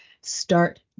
Start